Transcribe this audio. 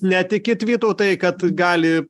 netikėt vytautai kad gali